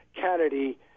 Kennedy